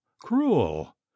cruel